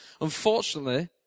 Unfortunately